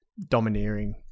domineering